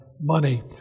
money